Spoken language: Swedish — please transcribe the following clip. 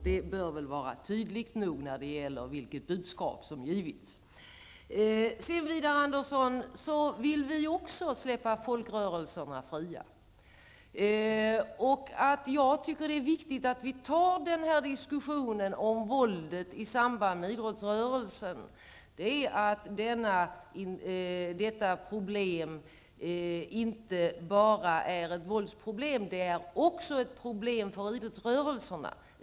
Det bör väl vara tydligt nog när det gäller vilket budskap som givits. Vi vill också släppa folkrörelserna fria, Widar Andersson. Jag tycker att det är viktigt att vi tar denna diskussion om våldet i samband med idrottsrörelsen. Problemet är inte bara ett våldsproblem, det är också ett problem för idrottsrörelserna.